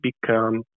become